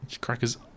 Crackers